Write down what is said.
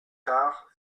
tard